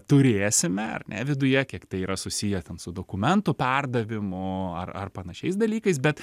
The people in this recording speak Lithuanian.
turėsime ar ne viduje kiek tai yra susiję ten su dokumentų perdavimu ar ar panašiais dalykais bet